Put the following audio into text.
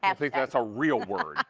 and think that's a real world